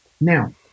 Now